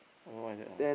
I don't know what is that ah